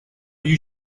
you